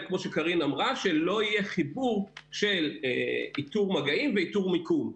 שלא יהיה חיבור של איתור מגעים ואיתור מיקום.